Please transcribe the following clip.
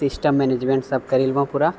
system मैनेजमेन्टसब करि लेबऽ पूरा